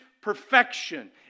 perfection